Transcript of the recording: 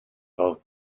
fod